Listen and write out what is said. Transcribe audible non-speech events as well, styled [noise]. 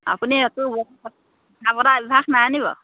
আপুনি [unintelligible] কথা পতাৰ অভ্যাস নাই নেকি বাৰু